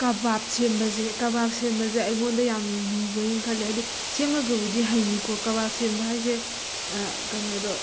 kebab ꯁꯦꯝꯕꯁꯦ ꯀꯕꯥꯞ ꯁꯦꯝꯕꯁꯦ ꯑꯩꯉꯣꯟꯗ ꯌꯥꯝ ꯂꯨꯕꯣꯏꯅ ꯈꯜꯂꯦ ꯍꯥꯏꯗꯤ ꯁꯦꯝꯃꯒꯕꯨꯗꯤ ꯍꯩꯅꯤꯀꯣ ꯀꯕꯥꯞ ꯁꯦꯝꯕ ꯍꯥꯏꯁꯦ ꯀꯩꯅꯣꯗꯣ